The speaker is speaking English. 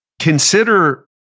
consider